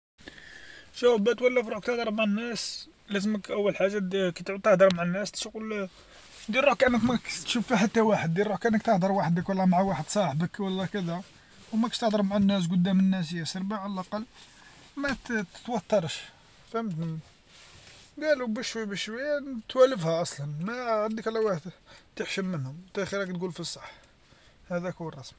شوف باه تولف روحك تهدر مع الناس، لازمك أول حاجه دير كي تعود تهدر مع الناس كشغل دير روحك أنك ما راكش تشوف في حتى واحد، دير روحك أنك تهدر وحدك ولا مع واحد صاحبك ولا كذا وماكش تهدر مع الناس قدام الناس ياسر، باه على الاقل ما ت- تتوترش فهمتني قالوا بشويه بشوي توالفها أصلا، ما عندك على واه تحشم منهم، نتا خي راك تڨول في الصح، هذاك هو الرسمي.